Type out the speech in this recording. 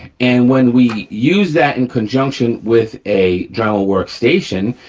and when we use that in conjunction with a dremel workstation,